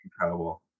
incredible